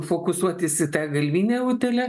fokusuotis į tą galvinę utėlę